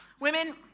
Women